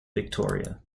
victoria